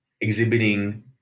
exhibiting